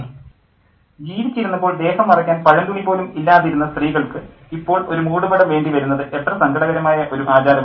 "ജീവിച്ചിരുന്നപ്പോൾ ദേഹം മറയ്ക്കാൻ പഴന്തുണിപോലും ഇല്ലാതിരുന്ന സ്ത്രീകൾക്കു ഇപ്പോൾ ഒരു മൂടുപടം വേണ്ടി വരുന്നത് എത്ര സങ്കടകരമായ ഒരു ആചാരമാണ്